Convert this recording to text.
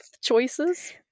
choices